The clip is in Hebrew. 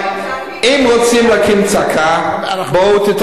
מי שמבין ברפואה זה אני ולא אתה,